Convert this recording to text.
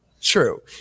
true